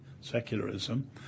secularism